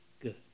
Good